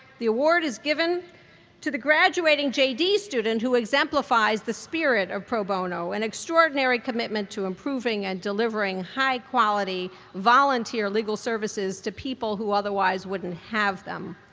the award is given to the graduating jd student who exemplifies the spirit of pro bono, an extraordinary commitment to improving and delivering high quality volunteer legal services to people who otherwise wouldn't have them.